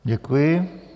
Děkuji.